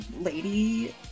Lady